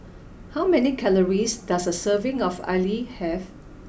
how many calories does a serving of Idly have